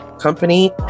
company